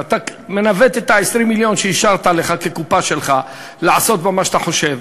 אתה מנווט את 20 המיליון שהשארת לך כקופה שלך לעשות בה מה שאתה חושב,